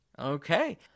Okay